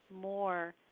more